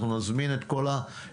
אנחנו נזמין את כל המעורבים.